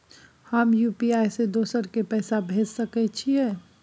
हम यु.पी.आई से दोसर के पैसा भेज सके छीयै?